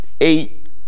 eight